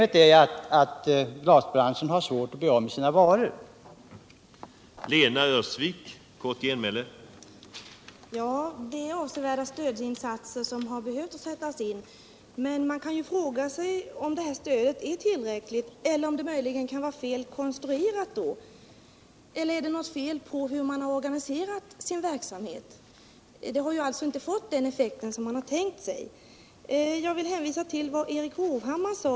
Det stora problemet för glasbranschen är att den har svårt att få avsättning för sina varor.